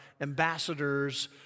ambassadors